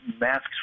masks